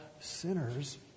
sinners